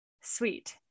sweet